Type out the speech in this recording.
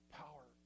power